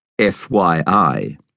FYI